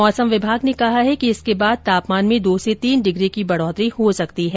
मौसम विभाग ने कहा है कि इसके बाद तापमान में दो से तीन डिग्री की बढ़ोतरी हो सकती है